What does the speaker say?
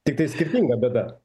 tiktai skirtinga bėda